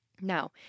Now